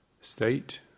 state